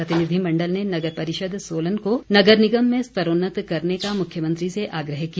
प्रतिनिधिमण्डल ने नगर परिषद सोलन को नगर निगम में स्तरोन्नत करने का मुख्यमंत्री से आग्रह किया